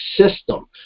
system